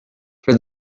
for